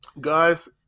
Guys